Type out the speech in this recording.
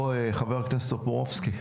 חבר הכנסת טופורובסקי?